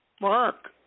Mark